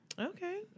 Okay